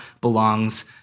belongs